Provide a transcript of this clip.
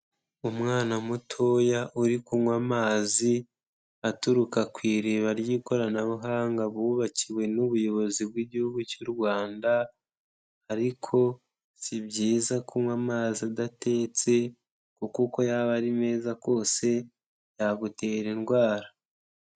Umwana mutoya uri kunywa amazi aturuka ku iriba ry'ikoranabuhanga bubakiwe n'ubuyobozi bw'igihugu cy'u Rwanda ariko si byiza kunywa amazi adatetse kuko uko yaba ari meza kose yagutera indwara.